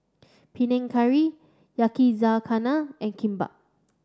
Panang Curry Yakizakana and Kimbap